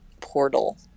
portal